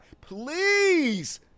Please